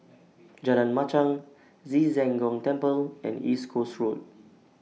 Jalan Machang Ci Zheng Gong Temple and East Coast Road